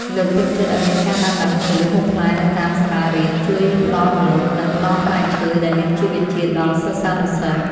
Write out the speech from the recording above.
លើកទឹកចិត្តឱ្យមានការដាំដើមឈើហូបផ្លែនៅតាមសាលារៀនជួយផ្ដល់ម្លប់ និង ផ្ដល់ផ្លែឈើដែលមានជីវជាតិដល់សិស្សានុសិស្ស។